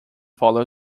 follow